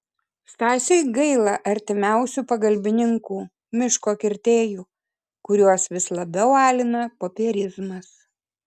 stasiui gaila artimiausių pagalbininkų miško kirtėjų kuriuos vis labiau alina popierizmas